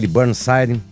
Burnside